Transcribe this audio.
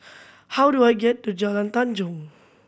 how do I get to Jalan Tanjong